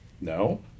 No